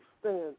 stand